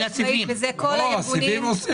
בגלל הסיבים.